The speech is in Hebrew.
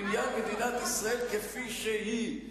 לבניין מדינת ישראל כפי שהיא,